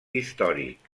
històric